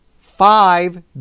five